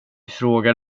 frågar